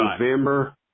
November